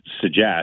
suggest